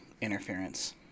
interference